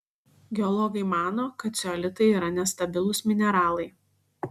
geologai mano kad ceolitai yra nestabilūs mineralai